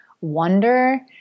wonder